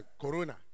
corona